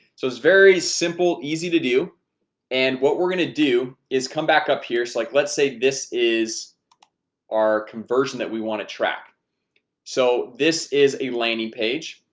so it's very simple easy to do and what we're gonna do is come back up here. so like let's say this is our conversion that we want to track so this is a landing page